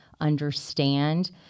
understand